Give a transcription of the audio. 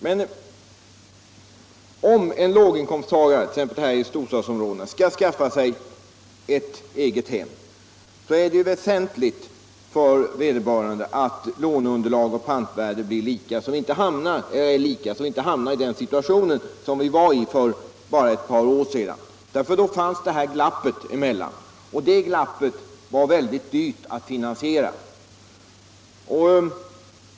Men om en låginkomsttagare, exempelvis i ett storstadsområde, skall skaffa sig ett eget hem är det ju väsentligt för vederbörande att låneunderlag och pantvärde är lika, så att vi inte hamnar i den situation som vi befann oss i för bara ett par år sedan. Då fanns det ett glapp däremellan, och det glappet var det mycket dyrt att finansiera.